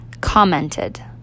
Commented